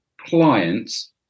clients